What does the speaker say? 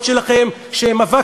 אמרו,